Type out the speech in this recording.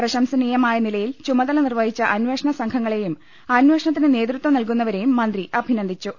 പ്രശംസനീയമായ നിലയിൽ ചുമതല നിർവഹിച്ച അന്വേഷണ സംഘാംഗങ്ങളെയും അന്വേഷണത്തിന് നേതൃത്വം നൽകുന്നവരെയും മന്ത്രി അഭിനന്ദിച്ചു